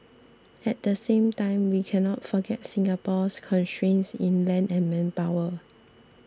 at the same time we cannot forget Singapore's constraints in land and manpower